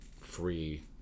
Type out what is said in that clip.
free